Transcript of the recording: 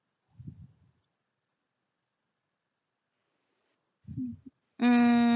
mm